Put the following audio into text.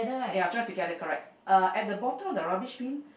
ya join together correct uh at the bottom of the rubbish bin